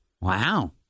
Wow